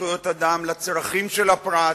בזכויות אדם, בצרכים של הפרט,